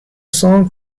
song